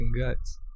guts